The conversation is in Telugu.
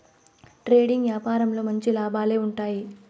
ట్రేడింగ్ యాపారంలో మంచి లాభాలే ఉంటాయి